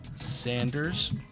Sanders